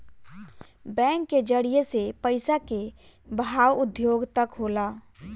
bank के जरिए से पइसा के बहाव उद्योग तक होला